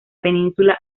península